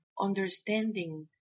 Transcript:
understanding